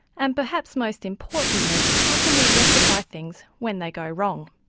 and perhaps, most importantly, how can we rectify things when they go wrong?